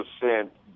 percent